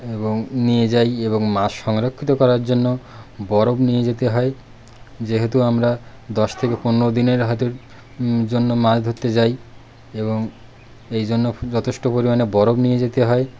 এবং নিয়ে যাই এবং মাছ সংরক্ষিত করার জন্য বরফ নিয়ে যেতে হয় যেহেতু আমরা দশ থেকে পনের দিনের হাটের জন্য মাছ ধরতে যাই এবং এই জন্য যথেষ্ট পরিমাণে বরফ নিয়ে যেতে হয়